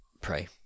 pray